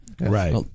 Right